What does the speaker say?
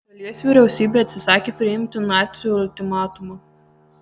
šalies vyriausybė atsisakė priimti nacių ultimatumą